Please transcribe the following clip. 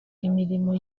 imirimo